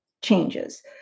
changes